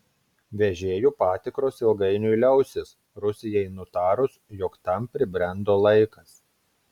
vežėjų patikros ilgainiui liausis rusijai nutarus jog tam pribrendo laikas